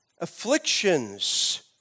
Afflictions